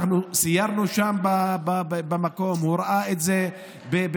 כשאנחנו סיירנו שם במקום, הוא ראה את זה בעיניו.